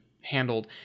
handled